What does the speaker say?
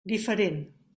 diferent